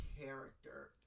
character